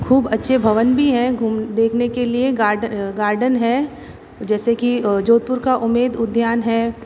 ख़ूब अच्छे भवन भी हैं घूम देखने के लिए गार्ड गार्डन है जैसे कि जोधपुर का उम्मेद उद्यान है